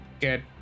Get